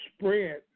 spread